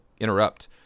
interrupt